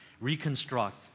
reconstruct